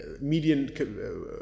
median